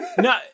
No